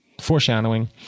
foreshadowing